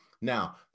Now